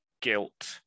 guilt